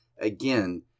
again